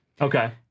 Okay